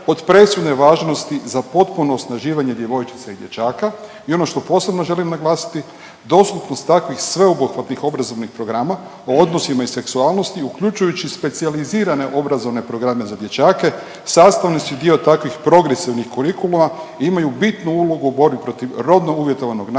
od presudne važnosti za potpuno osnaživanje djevojčica i dječaka. I ono što posebno želim naglasiti dostupnost takvih sveobuhvatnih obrazovnih programa o odnosima i seksualnosti uključujući specijalizirane obrazovne programe za dječake sastavni su dio takvih progresivnim kurikuluma i imaju bitnu ulogu u borbi protiv rodno uvjetovanog nasilja,